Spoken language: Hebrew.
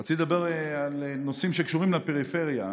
רציתי לדבר על נושאים שקשורים לפריפריה,